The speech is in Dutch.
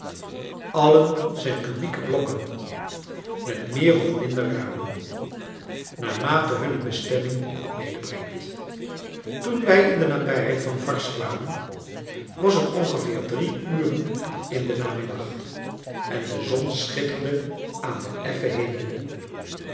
allen zijn kubieke blokken met meer of minder ramen naarmate hunne bestemming medebrengt toen wij in de nabijheid van varses kwamen was het ongeveer drie uren in den namiddag en de zon schitterde aan den effen hemel